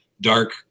dark